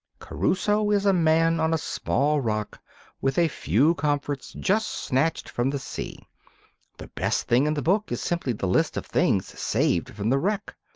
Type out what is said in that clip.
crusoe is a man on a small rock with a few comforts just snatched from the sea the best thing in the book is simply the list of things saved from the wreck.